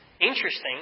interesting